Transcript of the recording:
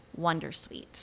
wondersuite